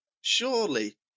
surely